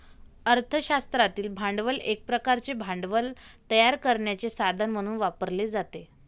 अर्थ शास्त्रातील भांडवल एक प्रकारचे भांडवल तयार करण्याचे साधन म्हणून वापरले जाते